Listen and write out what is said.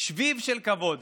שביב של כבוד